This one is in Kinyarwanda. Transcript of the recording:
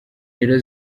rero